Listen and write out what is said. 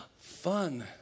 fun